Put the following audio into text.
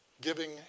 giving